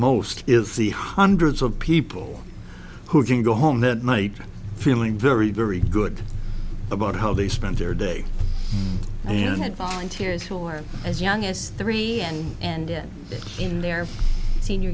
most is the hundreds of people who can go home that night feeling very very good about how they spent their day and had volunteers who were as young as three and and then in their senior